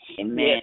Amen